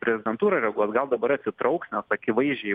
prezidentūra reaguos gal dabar atsitrauks nes akivaizdžiai